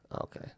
Okay